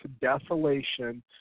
desolation